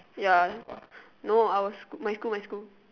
ya no I was my school my school